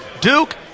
Duke